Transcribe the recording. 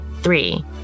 Three